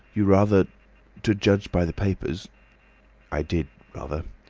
you rather to judge by the papers i did. rather.